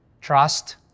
trust